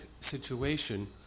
situation